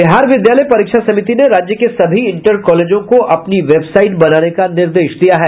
बिहार विद्यालय परीक्षा समिति ने राज्य के सभी इंटर कॉलेजों को अपनी वेबसाइट बनाने का निर्देश दिया है